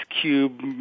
cube